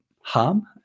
harm